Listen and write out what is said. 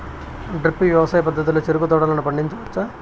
drip వ్యవసాయ పద్ధతిలో చెరుకు తోటలను పండించవచ్చా